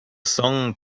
song